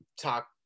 talk